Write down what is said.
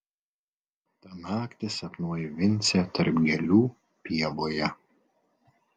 tą naktį sapnuoju vincę tarp gėlių pievoje